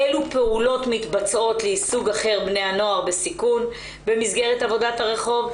אלו פעולות מתבצעות ליישוג אחר לנוער בסיכון במסגרת עבודת הרחוב.